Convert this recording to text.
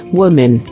woman